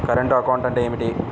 Current account అంటే ఏమిటి?